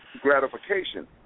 gratification